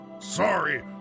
Sorry